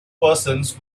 persons